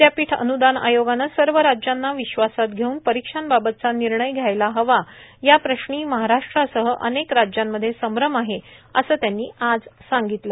विद्यापीठ अन्दान आयोगानं सर्व राज्यांना विश्वासात घेऊन परीक्षांबाबतचा निर्णय घ्यायला हवा याप्रश्नी महाराष्ट्रासह अनेक राज्यांमधे संभ्रम आहे असं त्यांनी आज सांगितलं